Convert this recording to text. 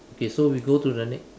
okay so we go to the next